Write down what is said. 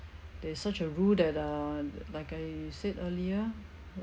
there's such a rule that err like I said earlier